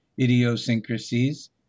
idiosyncrasies